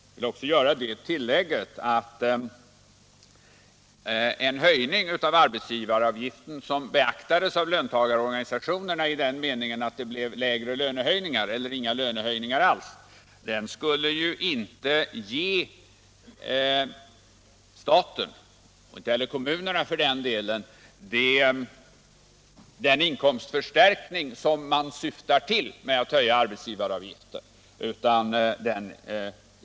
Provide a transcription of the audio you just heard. Jag vill också göra det tillägget att en höjning av arbetsgivaravgiften, som beaktades av löntagarorganisationerna i den meningen att det blev lägre lönehöjningar eller inga lönehöjningar alls, inte skulle ge staten, och inte heller kommunerna för den delen, den inkomstförstärkning som man syftar till med en höjning av arbetsgivaravgiften.